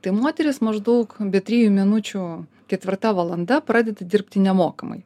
tai moteris maždaug be trijų minučių ketvirta valanda pradeda dirbti nemokamai